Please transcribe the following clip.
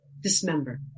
dismember